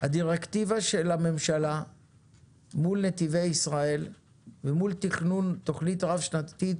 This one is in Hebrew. הדירקטיבה של הממשלה מול נתיבי ישראל ומול תכנון תוכנית רב שנתית